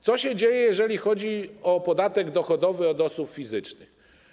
Co się dzieje, jeżeli chodzi o podatek dochodowy od osób fizycznych?